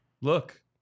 look